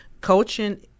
coaching